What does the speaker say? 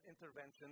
intervention